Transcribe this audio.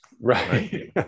Right